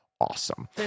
awesome